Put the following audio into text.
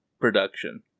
production